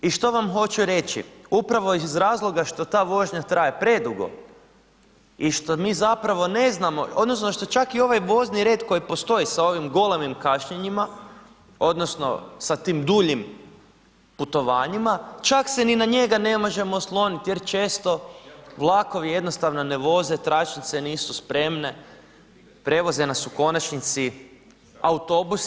I što vam hoću reći, upravo iz razloga što ta vožnja traje predugo i što mi zapravo mi ne znamo, odnosno što čak i ovaj vozni red koji postoji sa ovim golemim kašnjenjima, odnosno sa tim duljim putovanjima, čak se ni na njega ne možemo osloniti jer često vlakovi jednostavno ne voze, tračnice nisu spremne, prevoze nas u konačnici autobusi.